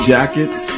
Jackets